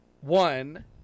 One